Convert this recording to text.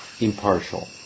impartial